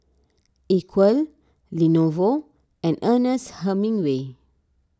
Equal Lenovo and Ernest Hemingway